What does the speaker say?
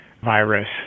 virus